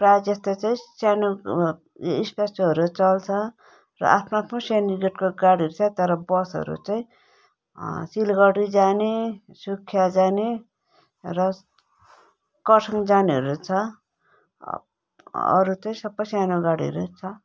प्रायः जस्तो चाहिँ सानो स्पेसियोहरू चल्छ र आफ्नो आफ्नो सेन्डीगेटको गाडीहरू छ तर बसहरू चाहिँ सिलगढी जाने सुखिया जाने र खरसाङ जानेहरू छ अरू चाहिँ सबै सानो गाडीहरू छ